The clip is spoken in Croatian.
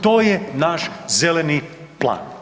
To je naš zeleni plan.